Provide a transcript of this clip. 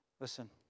Listen